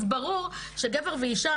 אז ברור שגבר ואישה,